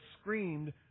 screamed